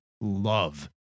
love